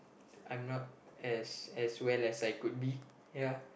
I'm not as as well as I could be ya